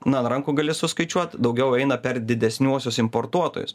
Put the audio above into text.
na an rankų gali suskaičiuot daugiau eina per didesniuosius importuotojus